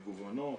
מגוונות.